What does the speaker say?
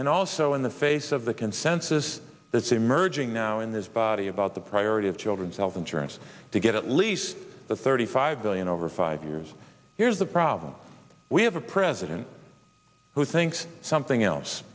and also in the face of the consensus that's emerging now in this body about the priority of children's health insurance to get at least the thirty five billion over five years here's the problem we have a president who thinks something else